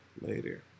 later